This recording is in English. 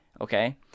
Okay